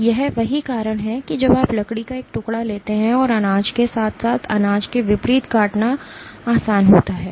तो यह वही कारण है कि जब आप लकड़ी का एक टुकड़ा लेते हैं तो अनाज के साथ साथ अनाज के विपरीत काटना आसान होता है